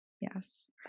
Yes